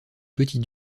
petit